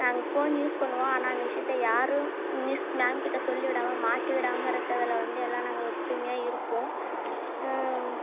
நாங்கள் phone use பண்ணுவோம் ஆனால் அந்த விஷயத்த யாரும் மிஸ் மேம் கிட்ட சொல்லிவிடாமல் மாட்டிவிடாமல் இருக்கதில் வந்து எல்லாம் நாங்கள் ஒற்றுமையா இருப்போம்